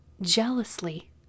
jealously